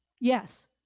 Yes